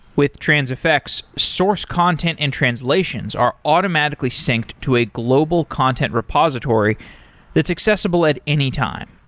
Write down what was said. with transifex, source content and translations are automatically synced to a global content repository that's accessible at any time.